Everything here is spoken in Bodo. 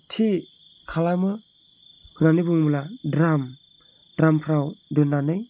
थि खालामो होननानै बुङोब्ला द्राम द्रामफ्राव दोननानै